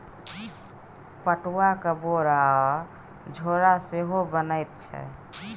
पटुआक बोरा आ झोरा सेहो बनैत छै